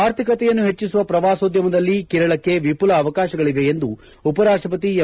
ಆರ್ಥಿಕತೆಯನ್ನು ಹೆಚ್ಚಿಸುವ ಪ್ರವಾಸೋದ್ದಮದಲ್ಲಿ ಕೇರಳಕ್ಕೆ ವಿಘುಲ ಅವಕಾಶಗಳಿವೆ ಎಂದು ಉಪರಾಷ್ಟಪತಿ ಎಂ